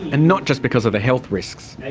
and not just because of the health risks.